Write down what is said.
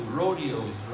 rodeos